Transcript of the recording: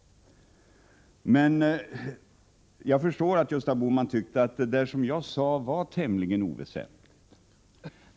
Men jag förstår att Gösta Bohman tyckte att vad jag sade var tämligen oväsentligt.